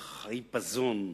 החיפזון,